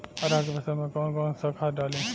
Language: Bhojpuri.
अरहा के फसल में कौन कौनसा खाद डाली?